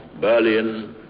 Berlin